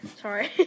Sorry